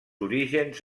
orígens